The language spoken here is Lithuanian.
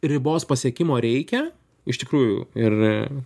ribos pasiekimo reikia iš tikrųjų ir